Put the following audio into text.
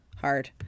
hard